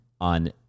On